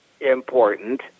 important